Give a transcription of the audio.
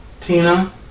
Tina